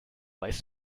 weißt